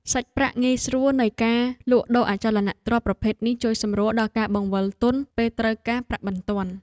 សាច់ប្រាក់ងាយស្រួលនៃការលក់ដូរអចលនទ្រព្យប្រភេទនេះជួយសម្រួលដល់ការបង្វិលទុនពេលត្រូវការប្រាក់បន្ទាន់។